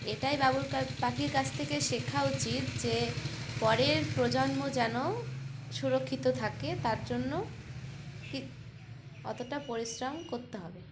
এটাই বাবুই পাখির কাছ থেকে শেখা উচিত যে পরের প্রজন্ম যেন সুরক্ষিত থাকে তার জন্য কি অতটা পরিশ্রম করতে হবে